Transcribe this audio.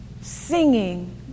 singing